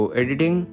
editing